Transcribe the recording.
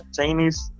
Chinese